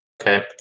Okay